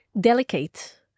delicate